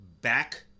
back